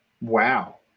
Wow